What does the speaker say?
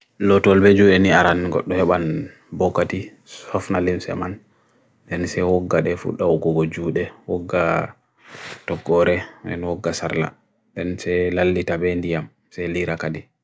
Lotolbe ju eni aran god dohe ban boka di, sofna lim se man. Dense ogade fuda ogogo ju de, ogade tokore en ogade sarla. Dense lalli tabe indi am, se li raka di.